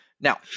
Now